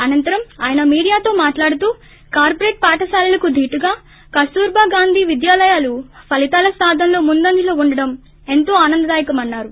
అనంతరం ఆయన మీడియాతో మాట్లాడుతూ కార్పొరేట్ పాఠశాలలకు ధీటుగా కస్తూరీబా గాంధీ విద్యాలయాలు ఫలితాల సాధనలో ముందంజలో ఉండడం ఎంతో ఆనందదాయకమన్నారు